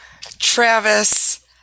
Travis